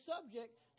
subject